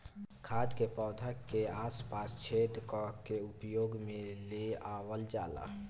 खाद के पौधा के आस पास छेद क के उपयोग में ले आवल जाला